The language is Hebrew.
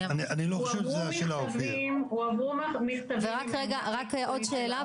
רגע רק עוד שאלה,